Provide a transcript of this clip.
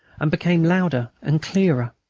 and became louder and clearer.